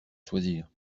choisir